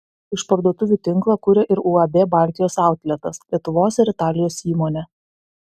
išparduotuvių tinklą kuria ir uab baltijos autletas lietuvos ir italijos įmonė